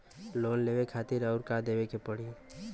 Loan लेवे खातिर अउर का देवे के पड़ी?